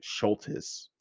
Schultes